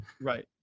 Right